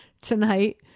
tonight